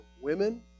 women